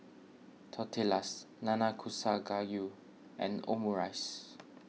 Tortillas Nanakusa Gayu and Omurice